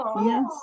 Yes